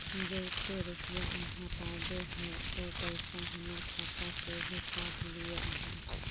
जयते रुपया आहाँ पाबे है उ पैसा हमर खाता से हि काट लिये आहाँ?